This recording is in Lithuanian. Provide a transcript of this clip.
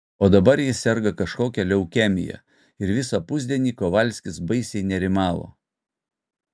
o dabar ji serga kažkokia leukemija ir visą pusdienį kovalskis baisiai nerimavo